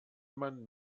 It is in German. man